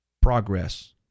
Progress